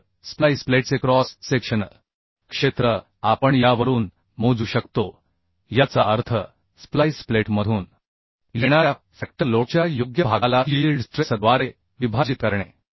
तर स्प्लाइस प्लेटचे cross sectional क्षेत्र आपण यावरून मोजू शकतो याचा अर्थ स्प्लाइस प्लेटमधून येणाऱ्या फॅक्टर लोडच्या योग्य भागाला यील्ड स्ट्रेसद्वारे विभाजित करणे